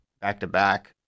back-to-back